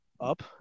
Up